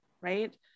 right